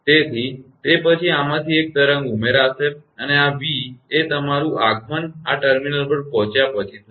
તેથી તે પછી આમાંથી એક તરંગ ઉમેરાશે અને આ v એ તમારુ આગમન આ ટર્મિનલ પર પહોંચ્યા પછી થશે